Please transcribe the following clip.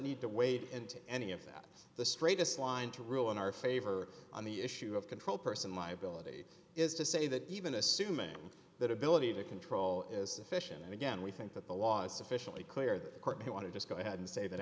need to wade into any of that the straightest line to rule in our favor on the issue of control person liability is to say that even assuming that ability to control is sufficient and again we think that the law is sufficiently clear the court may want to just go ahead and say that